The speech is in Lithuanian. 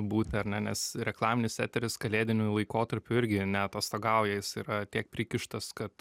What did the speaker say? būti ar ne nes reklaminis eteris kalėdiniu laikotarpiu irgi neatostogauja jis yra tiek prikištas kad